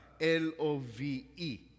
L-O-V-E